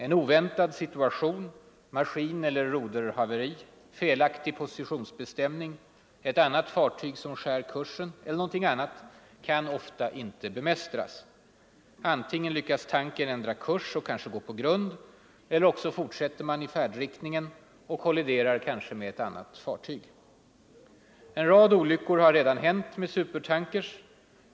En oväntad situation — maskineller roderhaveri, felaktig positionsbestämning, ett annat fartyg som skär kursen eller något annat — kan ofta inte bemästras. Antingen lyckas tankern ändra kurs och kanske gå på grund. Eller också fortsätter man i färdriktningen och kolliderar kanske med ett annat fartyg. En rad olyckor har redan hänt med supertankers.